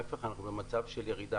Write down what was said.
להיפך, אנחנו במצב של ירידה.